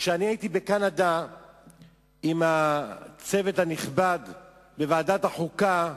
כשהייתי בקנדה עם הצוות הנכבד של ועדת החוקה,